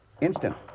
Instant